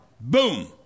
Boom